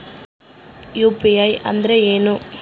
UPI ಅಂದ್ರೇನು?